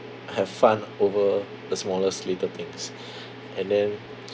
have fun over the smallest little things and then